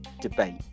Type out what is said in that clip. debate